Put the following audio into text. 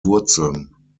wurzeln